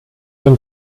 dem